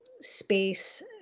space